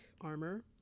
armor